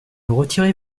retirez